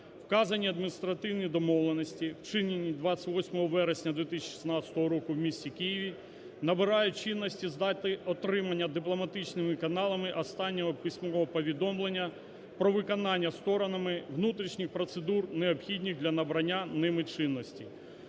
Вказані адміністративні домовленості, вчинені 28 вересня 2017 року в місті Києві, набирають чинності з дати отримання дипломатичними каналами останнього письмового повідомлення про виконання сторонами внутрішніх процедур необхідних для набрання ними чинності.